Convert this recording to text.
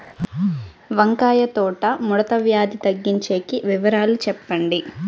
వంకాయ తోట ముడత వ్యాధి తగ్గించేకి వివరాలు చెప్పండి?